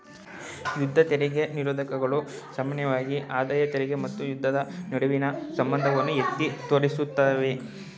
ಯುದ್ಧ ತೆರಿಗೆ ನಿರೋಧಕಗಳು ಸಾಮಾನ್ಯವಾಗಿ ಆದಾಯ ತೆರಿಗೆ ಮತ್ತು ಯುದ್ಧದ ನಡುವಿನ ಸಂಬಂಧವನ್ನ ಎತ್ತಿ ತೋರಿಸುತ್ತವೆ